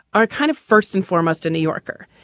are kind of first and foremost a new yorker.